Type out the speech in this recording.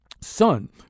son